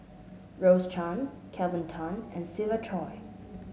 Rose Chan Kelvin Tan and Siva Choy